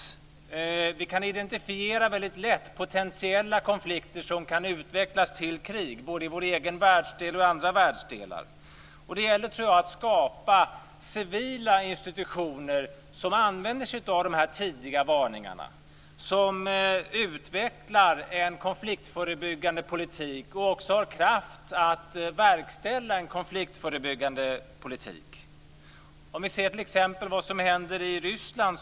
Vi kan väldigt lätt identifiera potentiella konflikter, konflikter som kan utvecklas till krig, både i vår egen världsdel och i andra världsdelar. Jag tror att det gäller att skapa civila institutioner som använder sig av de här tidiga varningarna, som utvecklar en konfliktförebyggande politik och som också har kraft att verkställa en konfliktförebyggande politik. Vi kan t.ex. se på vad som händer i Ryssland.